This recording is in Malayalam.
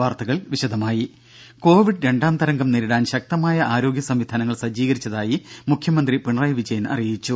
വാർത്തകൾ വിശദമായി കോവിഡ് രണ്ടാം തരംഗം നേരിടാൻ ശക്തമായ ആരോഗ്യ സംവിധാനങ്ങൾ സജ്ജീകരിച്ചതായി മുഖ്യമന്ത്രി പിണറായി വിജയൻ അറിയിച്ചു